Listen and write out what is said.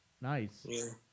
Nice